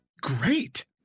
great